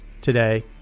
Today